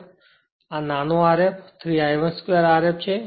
તેથી આ નાનો Rf 3 I1 2 Rf છે